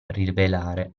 rivelare